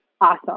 awesome